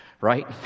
Right